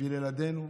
בשביל ילדינו,